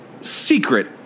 secret